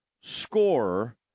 scorer